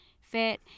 fit